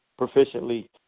proficiently